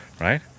right